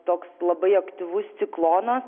toks labai aktyvus ciklonas